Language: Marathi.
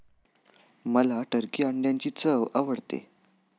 मला टर्की अंड्यांची चव आवडते